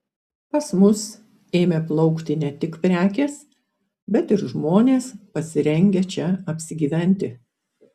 pas mus ėmė plaukti ne tik prekės bet ir žmonės pasirengę čia apsigyventi